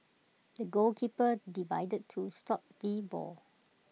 the goalkeeper divided to stop the ball